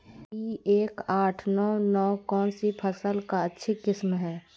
P एक आठ नौ नौ कौन सी फसल का अच्छा किस्म हैं?